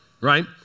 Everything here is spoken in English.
right